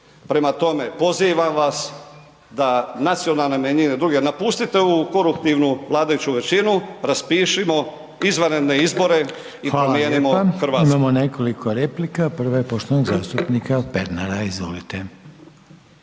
Prema tome, pozivam vas da nacionalne manjine i druge napustite ovu koruptivnu vladajuću većinu, raspišimo izvanredne izbore i promijenimo Hrvatsku.